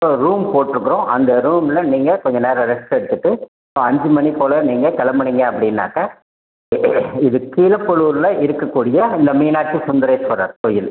so room போட்டுருக்குறோம் அந்த ரூமில் நீங்கள் கொஞ்ச நேரம் ரெஸ்ட் எடுத்துகிட்டு ஸோ அஞ்சு மணி போல் நீங்கள் கிளம்புனீங்க அப்படினாக்க இது கீழப்பலூரில் இருக்கற கூடிய இந்த மீனாட்சி சுந்தரேஸ்வரர் கோவில்